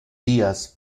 días